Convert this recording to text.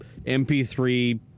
MP3